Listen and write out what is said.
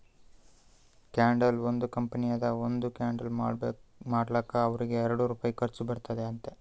ಕ್ಯಾಂಡಲ್ದು ಒಂದ್ ಕಂಪನಿ ಅದಾ ಒಂದ್ ಕ್ಯಾಂಡಲ್ ಮಾಡ್ಲಕ್ ಅವ್ರಿಗ ಎರಡು ರುಪಾಯಿ ಖರ್ಚಾ ಬರ್ತುದ್ ಅಂತ್